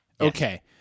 Okay